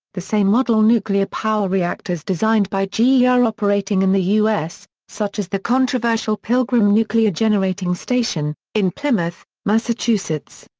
the same model nuclear power reactors designed by ge yeah are operating in the us, such as the controversial pilgrim nuclear generating station, in plymouth, massachusetts.